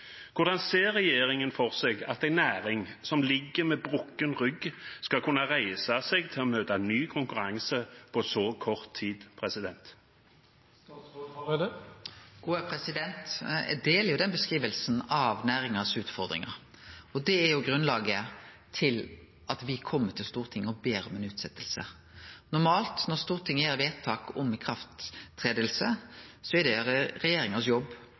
hvordan ser regjeringen for seg at en næring som ligger med brukket rygg, skal kunne reise seg til å møte ny konkurranse på så kort tid? Eg deler den beskrivinga av utfordringane til næringa, og det er grunnlaget for at me kjem til Stortinget og ber om ei utsetjing. Når Stortinget gjer vedtak om iverksetjing, er det normalt regjeringas jobb